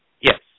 Yes